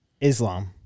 Islam